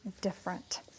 different